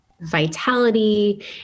vitality